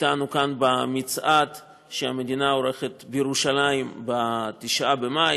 אתנו כאן במצעד שהמדינה עורכת בירושלים ב-9 במאי.